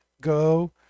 go